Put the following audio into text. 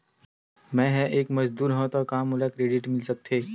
मैं ह एक मजदूर हंव त का मोला क्रेडिट मिल सकथे?